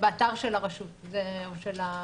זה באתר של הרשות או של החברה.